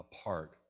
apart